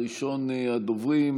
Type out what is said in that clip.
ראשון הדוברים,